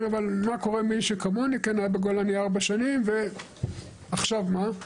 מי שכמוני, כן היה בגולני ארבע שנים ועכשיו מה?